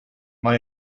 man